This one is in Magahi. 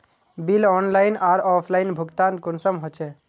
बिल ऑनलाइन आर ऑफलाइन भुगतान कुंसम होचे?